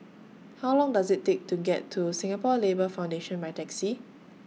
How Long Does IT Take to get to Singapore Labour Foundation By Taxi